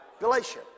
Galatia